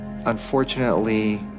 Unfortunately